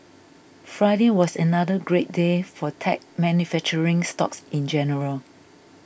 Friday was another great day for tech manufacturing stocks in general